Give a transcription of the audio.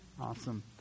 Awesome